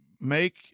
make